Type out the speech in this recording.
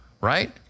right